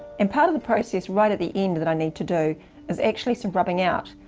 and part of the process right at the end that i need to do is actually some rubbing out.